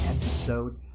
episode